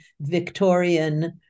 Victorian